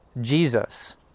Jesus